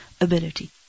ability